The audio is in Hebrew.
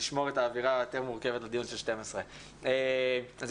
נשמור את האווירה היותר מורכבת לדיון של 12:00. אז,